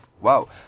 Wow